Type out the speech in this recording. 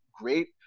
great